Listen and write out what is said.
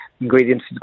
ingredients